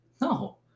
no